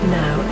now